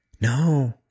No